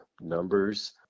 numbers